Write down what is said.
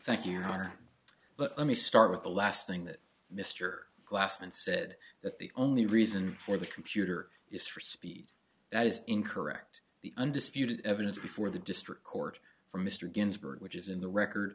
thank you no harm but let me start with the last thing that mr glassman said that the only reason for the computer is for speed that is incorrect the undisputed evidence before the district court for mr ginsburg which is in the record